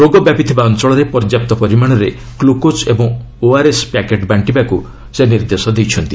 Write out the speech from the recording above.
ରୋଗ ବ୍ୟାପିଥିବା ଅଞ୍ଚଳରେ ପର୍ଯ୍ୟାପ୍ତ ପରିମାଣରେ ଗୁକୋକ୍ ଏବଂ ଓଆର୍ଏସ୍ ପ୍ୟାକେଟ୍ ବାର୍ଷିବାକୁ ସେ ନିର୍ଦ୍ଦେଶ ଦେଇଛନ୍ତି